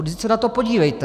Vždyť se na to podívejte!